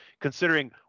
considering